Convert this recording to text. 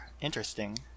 interesting